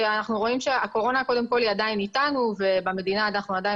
כשאנחנו רואים שהקורונה עדיין איתנו ובמדינה אנחנו עדיין